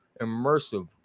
immersive